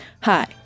Hi